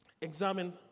examine